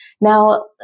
Now